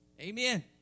Amen